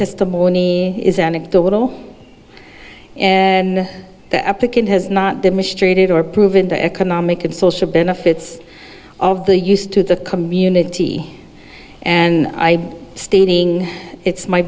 testimony is anecdotal and the applicant has not demonstrated or proven the economic and social benefits of the used to the community and i stating it's my